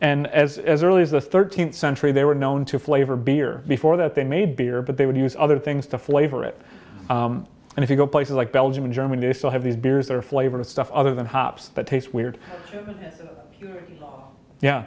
and as early as the thirteenth century they were known to flavor beer before that they made beer but they would use other things to flavor it and if you go places like belgium and germany they still have these beers they're flavor of stuff other than hops that taste weird y